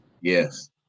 Yes